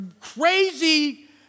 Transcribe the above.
crazy